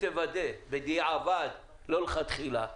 ותוודא בדיעבד ולא מלכתחילה,